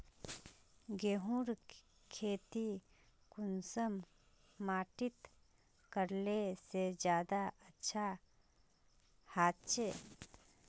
गेहूँर खेती कुंसम माटित करले से ज्यादा अच्छा हाचे?